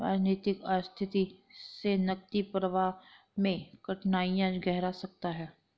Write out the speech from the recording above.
राजनीतिक अशांति से नकदी प्रवाह में कठिनाइयाँ गहरा सकता है